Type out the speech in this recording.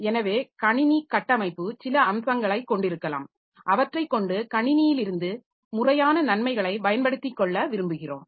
எனவே கணினி கட்டமைப்பு சில அம்சங்களைக் கொண்டிருக்கலாம் அவற்றைக்கொண்டு கணினியிலிருந்து முறையான நன்மைகளை பயன்படுத்திக் கொள்ள விரும்புகிறோம்